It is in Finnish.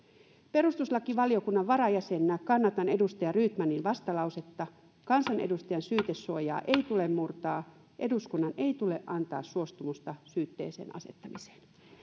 perustuslakivaliokunnan varajäsenenä kannatan edustaja rydmanin vastalausetta kansanedustajan syytesuojaa ei tule murtaa eduskunnan ei tule antaa suostumusta syytteeseen asettamiseen